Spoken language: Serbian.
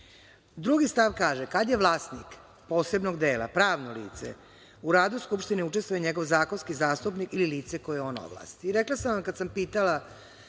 Drugi stav kaže – kada je vlasnik posebnog dela pravno lice, u radu skupštine učestvuje njegov zakonski zastupnik i lice koje on ovlasti. Rekla